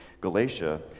Galatia